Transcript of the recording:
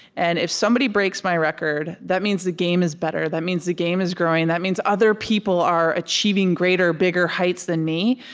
and if somebody breaks my record, that means the game is better. that means the game is growing. that means other people are achieving greater, bigger heights than me.